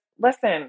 listen